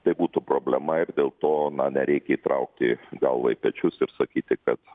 tai būtų problema ir dėl to na nereikia įtraukti galvą į pečius ir sakyti kad